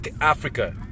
Africa